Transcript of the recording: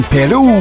Peru